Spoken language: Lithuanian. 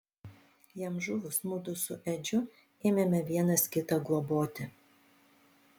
jam žuvus mudu su edžiu ėmėme vienas kitą globoti